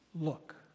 Look